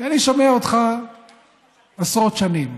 כי אני שומע אותך עשרות שנים.